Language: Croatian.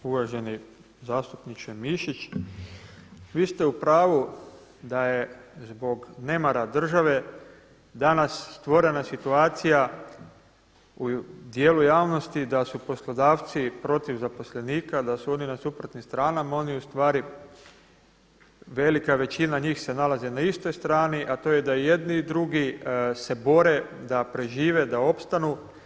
Uvaženi zastupniče Mišić, vi ste u pravu da je zbog nemara države danas stvorena situacija u dijelu javnosti da su poslodavci protiv zaposlenika, da su oni na suprotnim stranama, oni ustvari velika većina njih se nalazi na isto strani a to je da i jedni i drugi se bore da prežive, da opstanu.